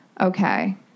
okay